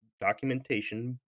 documentation